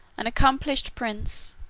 an accomplished prince,